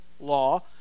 law